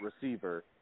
receiver